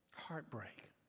heartbreak